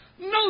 No